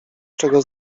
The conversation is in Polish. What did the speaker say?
czego